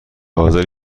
حاضر